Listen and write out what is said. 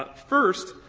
but first,